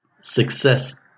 Success